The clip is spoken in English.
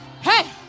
Hey